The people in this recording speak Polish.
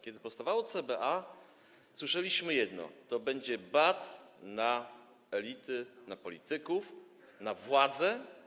Kiedy powstawało CBA, słyszeliśmy jedno: To będzie bat na elity, na polityków, na władze.